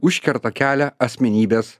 užkerta kelią asmenybės